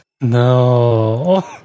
no